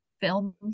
film